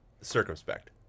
Circumspect